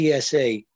TSA